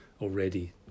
already